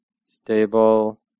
stable